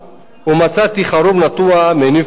ומצאתי חרוב נטוע מניב פרות.